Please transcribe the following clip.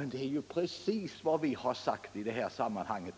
är det precis vad vi har sagt i detta sammanhang.